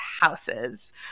Houses